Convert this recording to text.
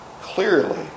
clearly